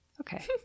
Okay